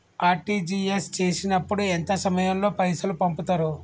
RTGS చేసినప్పుడు ఎంత సమయం లో పైసలు పంపుతరు?